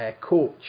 coach